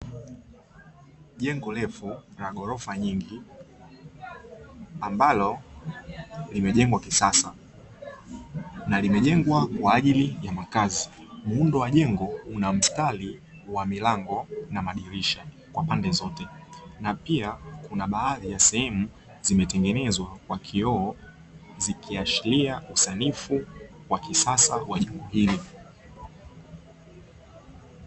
Jengo refu la ghorofa nyingi ambalo limejengwa kisasa na limejengwa kwa ajili ya makazi; muundo wa jengo una mstali wa milango na madirisha kwa pande zote, na pia kuna baadhi ya sehemu zimetengenezwa kwa kioo zikiashiria usanifu wa kisasa wa jengo hili.